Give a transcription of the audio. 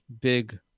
big